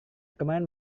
kemarin